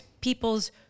people's